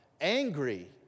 angry